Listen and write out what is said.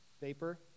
vapor